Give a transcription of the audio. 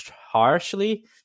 harshly